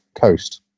coast